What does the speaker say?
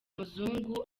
muzungu